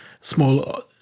small